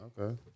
Okay